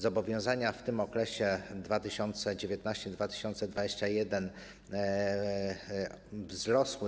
Zobowiązania w tym okresie 2019-2021 wzrosły.